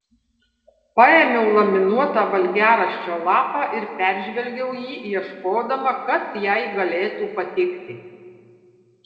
paėmiau laminuotą valgiaraščio lapą ir peržvelgiau jį ieškodama kas jai galėtų patikti